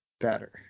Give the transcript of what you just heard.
better